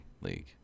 league